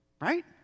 Right